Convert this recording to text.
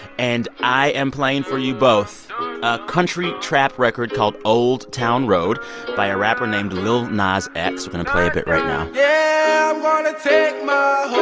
and i am playing for you both a country trap record called old town road by a rapper named lil nas x. we're going to play a bit right now yeah, i'm going to take my